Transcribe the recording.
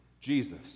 Jesus